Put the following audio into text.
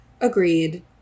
Agreed